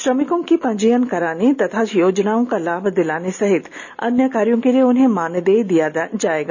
श्रमिकों की पंजीयन करवाने तथा योजनाओं का लाभ दिलाने सहित अन्य कार्य के लिए उन्हें मानदेय दिया जायेगा